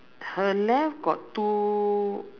her left got two